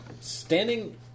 Standing